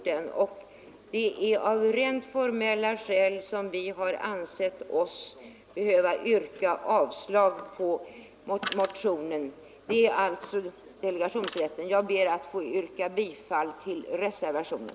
Det är av rent formella skäl vi ansett oss behöva yrka avslag på motionen — alltså beträffande delegationsrätten. Jag ber att få yrka bifall till reservationen.